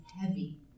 heavy